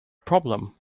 problem